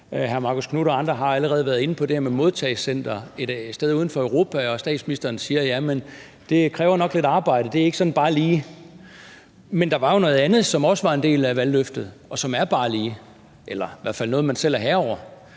Hr. Marcus Knuth og andre har allerede været inde på det her med modtagecentre et sted uden for Europa, og statsministeren siger, at det nok kræver lidt arbejde, og at det ikke bare lige er sådan. Men der var jo noget andet, som også var en del af valgløftet, og som er bare lige eller i hvert fald noget, man selv er herre